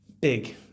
big